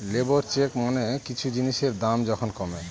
labour চেক মানে কিছু জিনিসের দাম যখন কমে